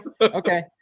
Okay